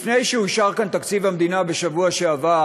לפני שאושר כאן תקציב המדינה בשבוע שעבר,